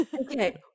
Okay